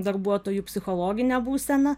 darbuotojų psichologinė būsena